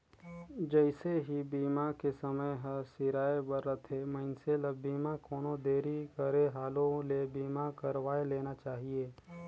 जइसे ही बीमा के समय हर सिराए बर रथे, मइनसे ल बीमा कोनो देरी करे हालू ले बीमा करवाये लेना चाहिए